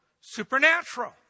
supernatural